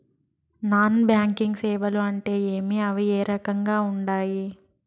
non banking సేవలు అంటే ఏమి అవి ఏ రకంగా ఉండాయి